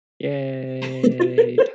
Yay